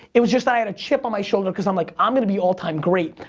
it was just i had a chip on my shoulder cause i'm like, i'm gonna be all-time great.